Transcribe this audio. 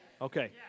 Okay